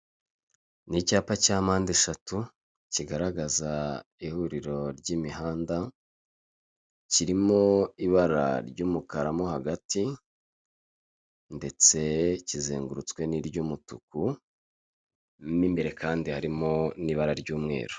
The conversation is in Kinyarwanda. Ni icyapa cya mandeshatu kigaragaza ihuriro ry'imihanda, kirimo ibara ry'umukara mo hagati ndetse kizengurutswe ni ry'umutuku, mo imbere kandi harimo n'ibara ry'umweru.